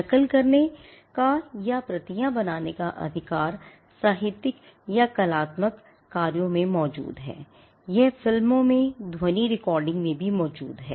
नक़ल करने का या प्रतियाँ बनाने का अधिकार साहित्यिक या कलात्मक कार्यों में मौजूद है यह फिल्मों में ध्वनि रिकॉर्डिंग में भी मौजूद है